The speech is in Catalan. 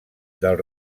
del